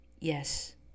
Yes